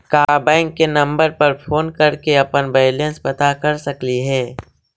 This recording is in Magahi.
का बैंक के नंबर पर फोन कर के अपन बैलेंस पता कर सकली हे?